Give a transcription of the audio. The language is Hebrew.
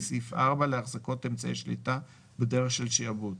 סעיף 4 להחזקת אמצעי שליטה בדרך של שעבוד.